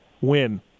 win